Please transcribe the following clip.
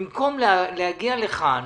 במקום להגיע לכאן,